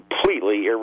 completely